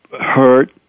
hurt